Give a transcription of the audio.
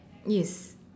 yes